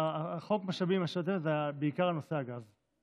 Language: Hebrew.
חוק משאבי טבע זה בעיקר נושא הגז.